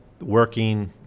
working